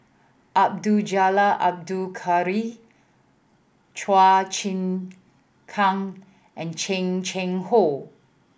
Abdul Jalil Abdul Kadir Chua Chim Kang and Chan Chang How